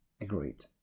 agreed